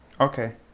okay